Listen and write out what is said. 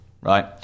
right